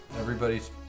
Everybody's